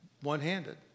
one-handed